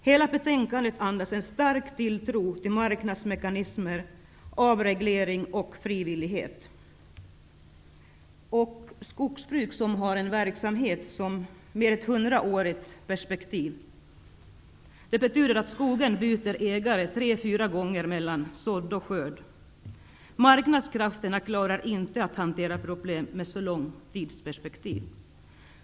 Hela betänkandet andas en stark tilltro till marknadsmekanismer, avreglering och frivillighet. Skogsbruk är en verksamhet med ett hundraårigt perspektiv. Det betyder att skogen byter ägare tre fyra gånger mellan sådd och skörd. Marknadskrafterna klarar inte att hantera problem med så långt tidsperspektiv.